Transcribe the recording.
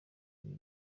ibi